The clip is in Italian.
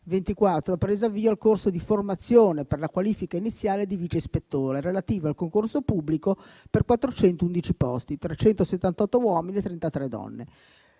ha preso avvio il corso di formazione per la qualifica iniziale di vice ispettore relativo al concorso pubblico per 411 posti (378 uomini e 33 donne).